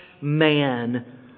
man